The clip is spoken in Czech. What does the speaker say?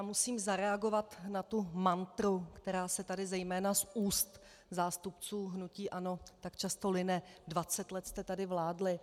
Musím zareagovat na tu mantru, která se tady zejména z úst zástupců hnutí ANO tak často line: Dvacet let jste tady vládli!